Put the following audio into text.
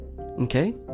Okay